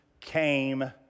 came